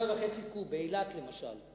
7.5 קוב, באילת למשל.